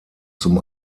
zum